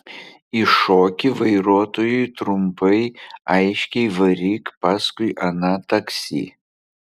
įšoki vairuotojui trumpai aiškiai varyk paskui aną taksi